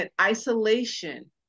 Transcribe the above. isolation